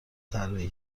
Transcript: طراحی